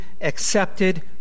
accepted